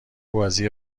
بازی